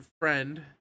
friend